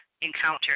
encounter